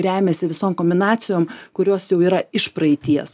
remiasi visom kombinacijom kurios jau yra iš praeities